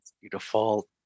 Beautiful